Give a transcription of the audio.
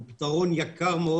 הוא פתרון יקר מאוד.